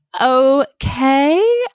okay